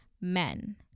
Men